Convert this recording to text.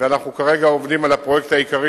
ואנחנו כרגע עובדים על הפרויקט העיקרי,